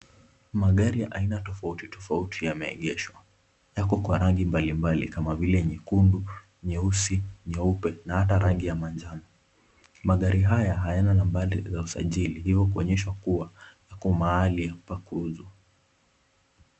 Magari ya aina tofauti tofauti yameegeshwa, yako kwa rangi mbali mbali kama vile nyekundu, nyeusi, nyeupe na hata rangi ya manjano, magari haya hayana nambari za usajili hivyo kuonyesha kuwa yako mahali pa kuuzwa